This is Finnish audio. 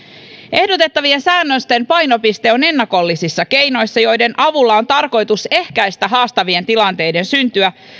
ehdotettavien säännösten painopiste on ennakollisissa keinoissa joiden avulla on tarkoitus ehkäistä haastavien tilanteiden syntyä